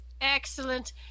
Excellent